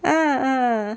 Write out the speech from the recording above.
ah ah